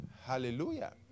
Hallelujah